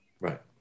Right